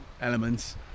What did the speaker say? elements